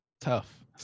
tough